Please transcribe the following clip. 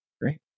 Great